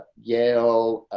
yale,